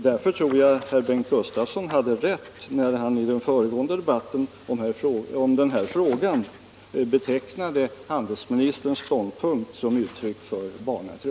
Därför tror jag att Bengt Gustavsson hade rätt när han i den föregående debatten i denna fråga betecknade handelsministerns ståndpunkt som uttryck för barnatro.